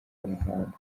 umuhango